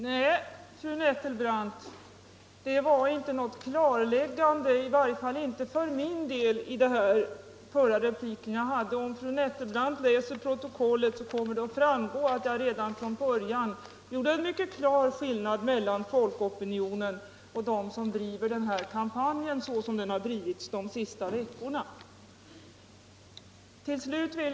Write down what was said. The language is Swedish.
Herr talman! Nej, fru Nettelbrandt, jag gjorde inte något klarläggande i min förra replik. Av protokollet kommer det att framgå att jag redan från början drog en klar skiljelinje mellan folkopinionen och dem som har drivit kampanjen under de senaste veckorna.